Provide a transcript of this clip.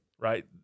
Right